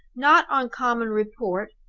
not on common report,